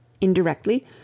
Indirectly